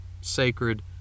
sacred